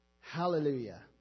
Hallelujah